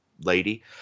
lady